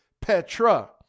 Petra